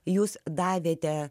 jūs davėte